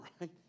right